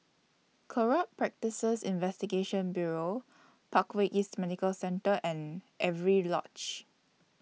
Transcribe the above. Corrupt Practices Investigation Bureau Parkway East Medical Centre and Avery Lodge